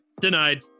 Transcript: Denied